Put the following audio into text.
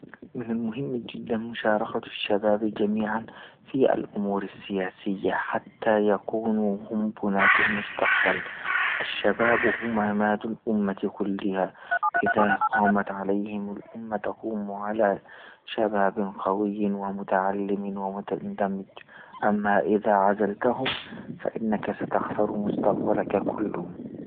من المهم جدا مشاركة الشباب جميعا في الأمور السياسية حتى يكونوا هم بنات المستقبل، الشباب هم عماد أمة كلها إذا قامت عليهم لأمة تقوم على شباب قوي ومتعلم ومتندمج أما إذا عزلتهم فإنك ستخسر مستقبلك كلهم.